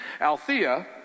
Althea